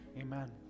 Amen